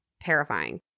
terrifying